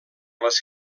les